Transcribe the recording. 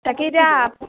তাকেই এতিয়া আপুনি